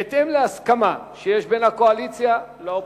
בהתאם להסכמה שיש בין הקואליציה לאופוזיציה,